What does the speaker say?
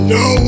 no